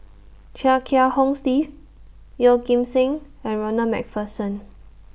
Chia Kiah Hong Steve Yeoh Ghim Seng and Ronald MacPherson